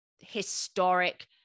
historic